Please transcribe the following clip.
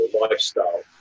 lifestyle